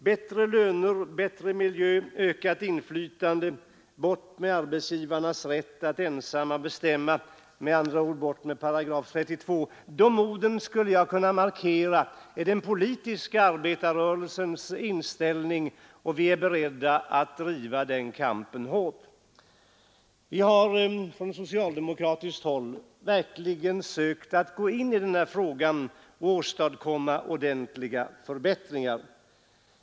Bättre löner, bättre miljö, ökat inflytande, bort med arbetsgivarnas rätt att ensamma bestämma — dvs. bort med § 32! — med de orden skulle jag kunna markera den politiska arbetarrörelsens inställning, och vi är beredda att driva den kampen hårt. Vi har från socialdemokratiskt håll verkligen sökt att gå in i den här frågan och åstadkomma ordentliga förbättringar.